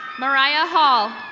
mariah hall.